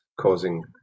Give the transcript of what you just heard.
causing